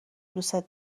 دوستت